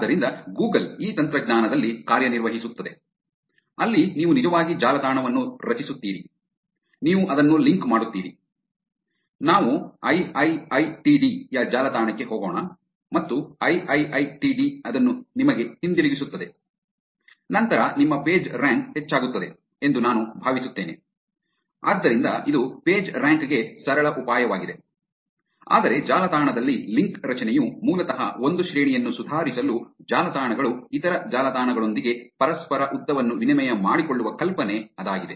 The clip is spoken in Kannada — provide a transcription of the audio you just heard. ಆದ್ದರಿಂದ ಗೂಗಲ್ ಈ ತಂತ್ರಜ್ಞಾನದಲ್ಲಿ ಕಾರ್ಯನಿರ್ವಹಿಸುತ್ತದೆ ಅಲ್ಲಿ ನೀವು ನಿಜವಾಗಿ ಜಾಲತಾಣವನ್ನು ರಚಿಸುತ್ತೀರಿ ನೀವು ಅದನ್ನು ಲಿಂಕ್ ಮಾಡುತ್ತೀರಿ ನಾವು ಐಐಐಟಿಡಿ ಯ ಜಾಲತಾಣಕ್ಕೆ ಹೋಗೋಣ ಮತ್ತು ಐಐಐಟಿಡಿ ಅದನ್ನು ನಿಮಗೆ ಹಿಂತಿರುಗಿಸುತ್ತದೆ ನಂತರ ನಿಮ್ಮ ಪೇಜ್ರ್ಯಾಂಕ್ ಹೆಚ್ಚಾಗುತ್ತದೆ ಎಂದು ನಾನು ಭಾವಿಸುತ್ತೇನೆ ಆದ್ದರಿಂದ ಇದು ಪೇಜ್ರ್ಯಾಂಕ್ ಗೆ ಸರಳ ಉಪಾಯವಾಗಿದೆ ಆದರೆ ಜಾಲತಾಣದಲ್ಲಿ ಲಿಂಕ್ ರಚನೆಯು ಮೂಲತಃ ಒಂದು ಶ್ರೇಣಿಯನ್ನು ಸುಧಾರಿಸಲು ಜಾಲತಾಣಗಳು ಇತರ ಜಾಲತಾಣಗಳೊಂದಿಗೆ ಪರಸ್ಪರ ಉದ್ದವನ್ನು ವಿನಿಮಯ ಮಾಡಿಕೊಳ್ಳುವ ಕಲ್ಪನೆ ಅದಾಗಿದೆ